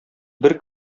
бер